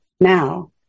now